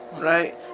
right